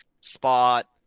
spot